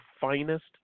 finest